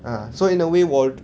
ah so in a way 我